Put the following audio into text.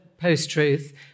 post-truth